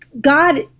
God